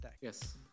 Yes